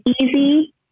easy